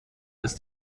ist